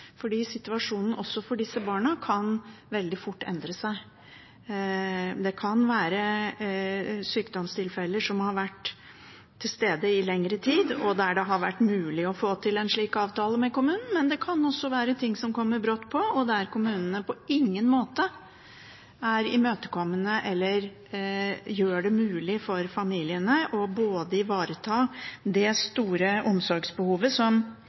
situasjonen også for disse barna kan veldig fort endre seg. Det kan være sykdomstilfeller som har vært til stede i lengre tid, og der det har vært mulig å få til en slik avtale med kommunen, men det kan også være ting som kommer brått på, der kommunene på ingen måte er imøtekommende eller gjør det mulig for familiene å ivareta det store omsorgsbehovet som